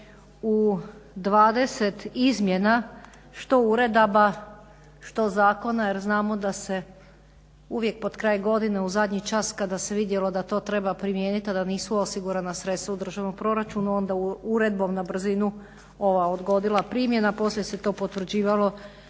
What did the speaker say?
U 20 izmjena što uredaba što zakona jer znamo da se uvijek pod kraj godine u zadnji čas kada se to vidjelo da to treba primijeniti a da nisu osigurana sredstva u državnom proračunu onda uredbom na brzinu ova odgodila primjena, poslije se to potvrđivalo